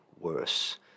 worse